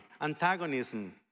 antagonism